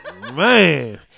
Man